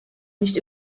nicht